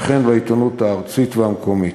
וכן בעיתונות הארצית והמקומית.